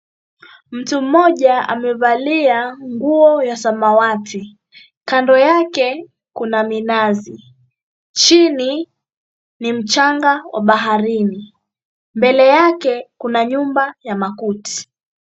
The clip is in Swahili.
Mtu mmoja amevalia nguo ya samawati. Kando yake kuna minazi. Chini ni mchanga wa baharini, mbele yake kuna nyumba ya makuti.